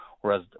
whereas